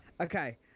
Okay